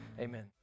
amen